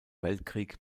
weltkrieg